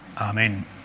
Amen